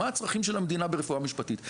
מה הצרכים של המדינה ברפואה משפטית.